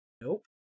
nope